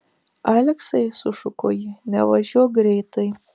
aleksai sušuko ji nevažiuok greitai